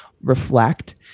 reflect